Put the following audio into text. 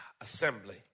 assembly